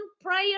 prayer